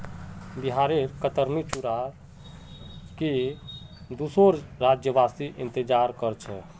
बिहारेर कतरनी चूड़ार केर दुसोर राज्यवासी इंतजार कर छेक